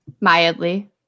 Mildly